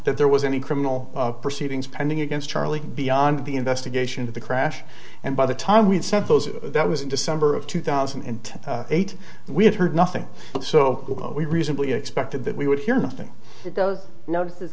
that there was any criminal proceedings pending against charlie beyond the investigation of the crash and by the time we'd sent those that was in december of two thousand and eight we had heard nothing but so we reasonably expected that we would hear nothing to